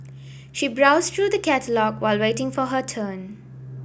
she browsed through the catalogue while waiting for her turn